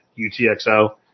UTXO